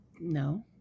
No